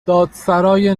دادسرای